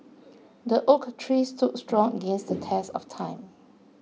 the oak Tree stood strong against the test of time